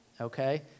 Okay